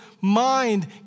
mind